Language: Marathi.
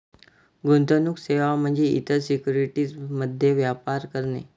गुंतवणूक सेवा म्हणजे इतर सिक्युरिटीज मध्ये व्यापार करणे